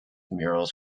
murals